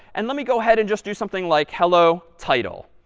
and let me go ahead and just do something like hello, title.